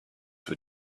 were